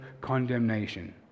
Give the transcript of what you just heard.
condemnation